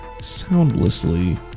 soundlessly